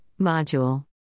Module